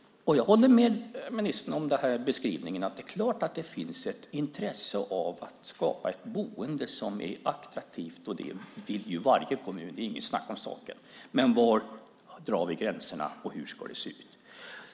Jag håller med ministern om beskrivningen att det finns ett intresse av att skapa ett boende som är attraktivt. Det vill ju varje kommun; det är inget snack om saken. Men var drar vi gränserna, och hur ska det se ut?